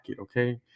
okay